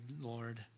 Lord